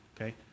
Okay